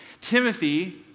Timothy